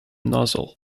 nozzle